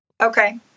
Okay